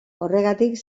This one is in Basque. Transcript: horregatik